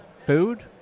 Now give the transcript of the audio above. food